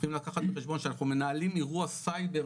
צריכים לקחת בחשבון שאנחנו מנהלים אירוע סייבר,